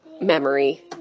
memory